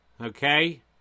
Okay